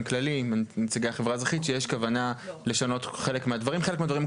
כללי עם נציגי החברה האזרחית שיש כוונה לשנות חלק מהדברים.